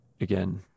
again